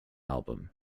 album